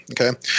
Okay